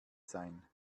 sein